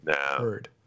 heard